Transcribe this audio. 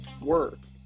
words